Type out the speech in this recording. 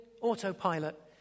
autopilot